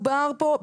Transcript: פה